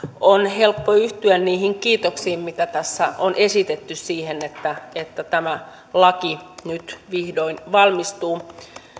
on helppo yhtyä niihin kiitoksiin mitä tässä on esitetty siitä että tämä laki nyt vihdoin valmistuu